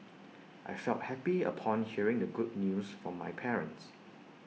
I felt happy upon hearing the good news from my parents